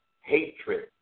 hatred